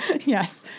Yes